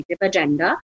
agenda